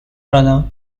runner